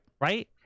right